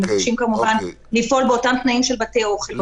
מבקשים כמובן לפעול באותם תנאים של בתי אוכל.